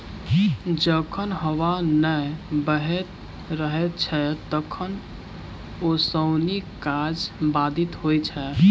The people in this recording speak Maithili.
जखन हबा नै बहैत रहैत छै तखन ओसौनी काज बाधित होइत छै